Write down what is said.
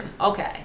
Okay